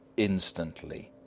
instantly!